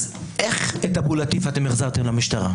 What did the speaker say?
אז איך את אבו לטיף אתם החזרתם למשטרה?